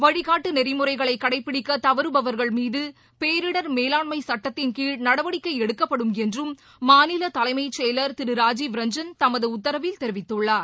வழிகாட்டுநெறிமுறைகளைப்பிடிக்கதவறுபவர்கள் மீதுபேரிடர் மேலாண்மைசட்டத்தின்கீழ் ப்படுக்கை படுக்கப்படும் என்றும் மாநிலதலைமையலர் திருராஜீவ் ரஞ்சன் தமதுஉத்தரவில் தெரிவித்துள்ளார்